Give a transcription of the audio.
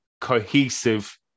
cohesive